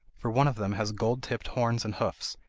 for one of them has gold-tipped horns and hoofs,